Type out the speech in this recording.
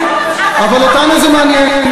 אבל אותנו זה מעניין.